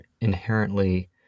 inherently